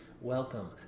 Welcome